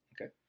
Okay